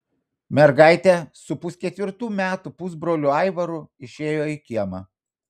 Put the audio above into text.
mergaitė su pusketvirtų metų pusbroliu aivaru išėjo į kiemą